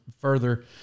further